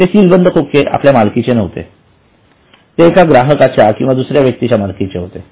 ते सील बंद खोके आपल्या मालकीचे नव्हते ते एका ग्राहकांच्या किंवा दुसऱ्या व्यक्तीच्या मालकीचे होते